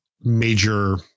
major